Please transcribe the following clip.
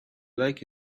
like